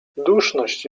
duszność